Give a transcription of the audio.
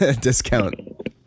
discount